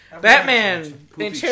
Batman